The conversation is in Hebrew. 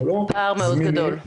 אנחנו לא זמינים --- פער מאוד גדול.